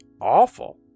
awful